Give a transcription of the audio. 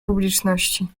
publiczności